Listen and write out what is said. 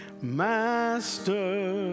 Master